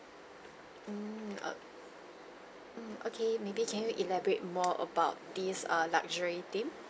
mm err mm okay maybe can you elaborate more about these err luxury theme